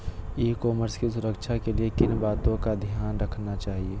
ई commerce की सुरक्षा के लिए किन बातों का ध्यान रखना चाहिए?